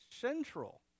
central